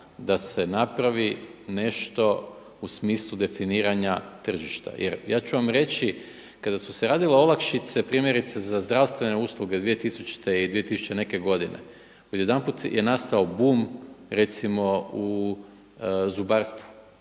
da se napravi nešto u smislu definiranja tržišta jer ja ću vam reći kada su se radile olakšice, primjerice za zdravstvene usluge 2000. i 2000. neke godine odjedanput je nastao bum recimo u zubarstvu.